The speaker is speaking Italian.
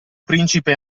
principe